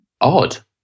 odd